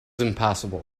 impassable